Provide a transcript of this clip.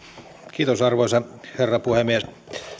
arvoisa herra puhemies